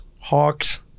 Hawks